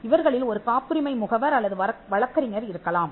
இவர்களில் ஒரு காப்புரிமை முகவர் அல்லது வழக்கறிஞர் இருக்கலாம்